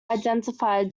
identifier